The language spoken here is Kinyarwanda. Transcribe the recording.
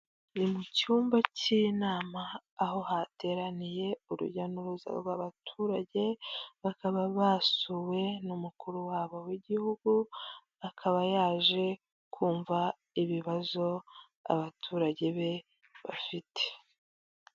Ni mu cyumba cy'inama aho hateraniye urujya'uruza rw'abaturage bakaba basuwe n'umukuru wabo w'igihugu akaba yaje kumva ibibazo abaturage be bafite.